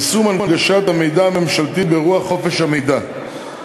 יישום הנגשת המידע הממשלתי ברוח חופש המידע,